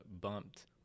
bumped